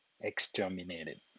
exterminated